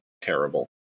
terrible